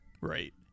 Right